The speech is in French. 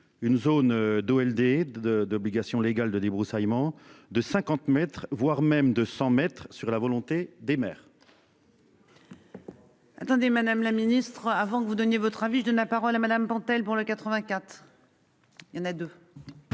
Une zone d'LD de d'obligation légale de débroussaillement de 50 mètres, voire même de 100 mètres sur la volonté des maires. Attendez, madame la ministre, avant que vous donniez votre avis je donne la parole à Madame Pentel pour le 84. Il y en a 2.